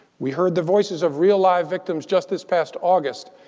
we heard the voices of real live victims just this past august,